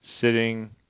Sitting